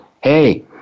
Hey